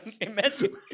imagine